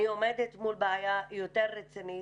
אני עומדת מול בעיה יותר רצינית,